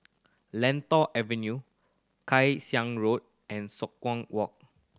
Lentor Avenue Kay Siang Road and Walk